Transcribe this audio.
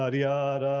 ah yada,